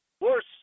Worse